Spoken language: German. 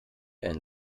ein